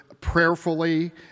prayerfully